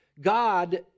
God